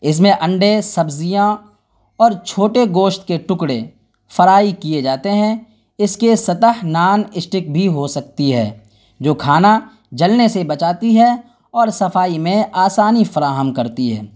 اس میں انڈے سبزیاں اور چھوٹے گوشت کے ٹکڑے فرائی کیے جاتے ہیں اس کے سطح نان اسٹک بھی ہو سکتی ہے جو کھانا جلنے سے بچاتی ہے اور صفائی میں آسانی فراہم کرتی ہے